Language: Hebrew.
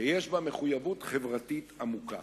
שיש בה מחויבות חברתית עמוקה.